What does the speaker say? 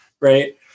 right